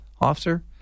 officer